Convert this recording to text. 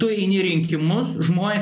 tu eini į rinkimus žmonės